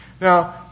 Now